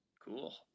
Cool